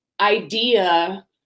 idea